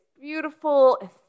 beautiful